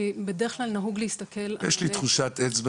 כי בדרך כלל נהוג להסתכל --- יש לי תחושת אצבע